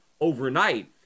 overnight